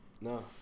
no